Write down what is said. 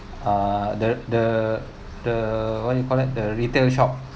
uh the the the what you call that the retail shop